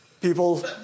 People